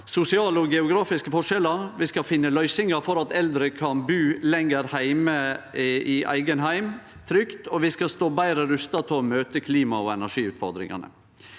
sosiale og geografiske forskjellar, vi skal finne løysingar for at eldre kan bu lenger heime – i eigen heim, trygt – og vi skal stå betre rusta til å møte klima- og energiutfordringane.